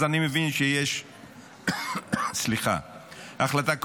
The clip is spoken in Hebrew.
אז אני מבין שיש החלטה קואליציונית,